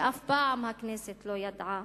שאף פעם הכנסת לא ידעה,